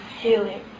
healing